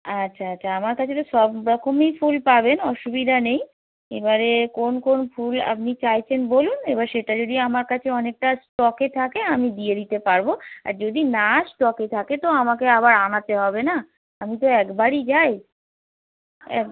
আচ্ছা আচ্ছা আমার কাছে তো সব রকমই ফুল পাবেন অসুবিধা নেই এবারে কোন কোন ফুল আপনি চাইছেন বলুন এবার সেটা যদি আমার কাছে অনেকটা স্টকে থাকে আমি দিয়ে দিতে পারব আর যদি না স্টকে থাকে তো আমাকে আবার আনাতে হবে না আমি তো একবারই যাই এক